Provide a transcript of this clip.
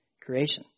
creation